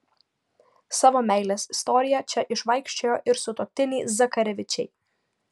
savo meilės istoriją čia išvaikščiojo ir sutuoktiniai zakarevičiai